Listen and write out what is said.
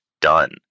done